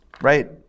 right